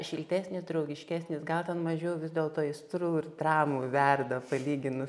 šiltesnis draugiškesnis gal ten mažiau vis dėlto aistrų ir dramų verda palyginus